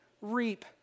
reap